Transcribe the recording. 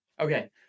Okay